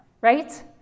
right